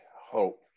hope